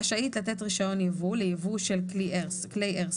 רשאית לתת רישיון יבוא לייבוא של כלי איירסופט